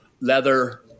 Leather